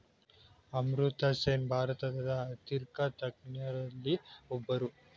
ಅಮರ್ತ್ಯಸೇನ್ ಭಾರತದ ಆರ್ಥಿಕ ತಜ್ಞರಲ್ಲಿ ಒಬ್ಬರು